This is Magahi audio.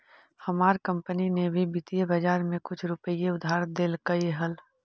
हमार कंपनी ने भी वित्तीय बाजार में कुछ रुपए उधार देलकइ हल